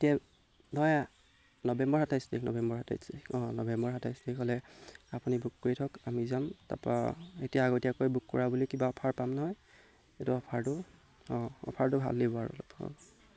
এতিয়া নহয় নৱেম্বৰৰ সাতাইছ তাৰিখ নৱেম্বৰৰ সাতাইছ তাৰিখ অঁ নৱেম্বৰৰ সাতাইছ তাৰিখলৈ আপুনি বুক কৰি থওক আমি যাম তাৰপৰা এতিয়া আগতীয়াকৈ বুক কৰা বুলি কিবা অফাৰ পাম নহয় এইটো অফাৰটো অঁ অফাৰটো ভাল দিব আৰু অলপ অঁ